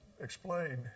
explain